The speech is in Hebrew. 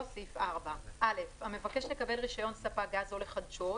4. המבקש לקבל רישיון ספק גז או לחדשו,